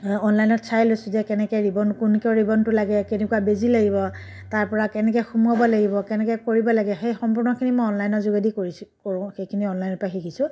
অনলাইনত চাই লৈছোঁ যে কেনেকৈ ৰিবন কেনেকুৱা ৰিবনটো লাগে কেনেকুৱা বেজী লাগিব তাৰ পৰা কেনেকৈ সুমুৱাব লাগিব কেনেকৈ কৰিব লাগে সেই সম্পূৰ্ণখিনি মই অনলাইনৰ যোগেদি কৰিছিলোঁ কৰোঁ সেইখিনি অনলাইনৰ পৰাই শিকিছোঁ